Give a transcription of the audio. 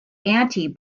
anti